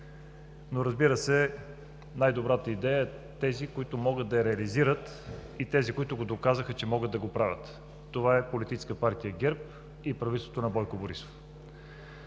Но, разбира се, най-добрата идея е тези, които могат да я реализират и тези, които доказаха, че могат да го правят. Това е Политическа партия ГЕРБ и правителството на Бойко Борисов.